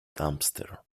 dumpster